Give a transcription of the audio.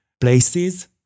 places